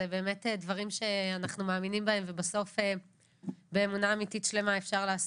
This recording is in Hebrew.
זה באמת דברים שאנחנו מאמינים בהם ובסוף באמונה אמיתית שלמה אפשר לעשות,